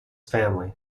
family